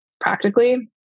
practically